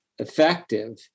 effective